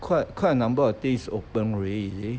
quite quite a number of things open already